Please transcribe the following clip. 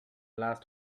last